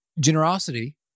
generosity